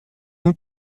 nous